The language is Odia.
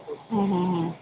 ହୁଁ ହୁଁ ହୁଁ